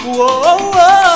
Whoa